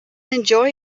enjoy